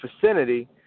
vicinity